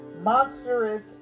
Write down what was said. monstrous